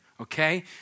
okay